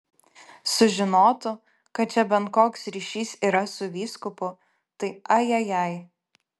sužinotų kad čia bent koks ryšys yra su vyskupu tai ajajai